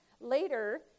Later